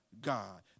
God